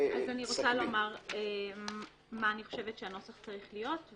אני רוצה לומר מה אני חושבת שהנוסח צריך להיות.